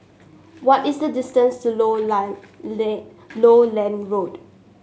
what is the distance to Lowland Road